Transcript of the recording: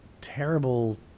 Terrible